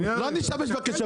לא נשתמש בכסף,